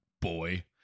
boy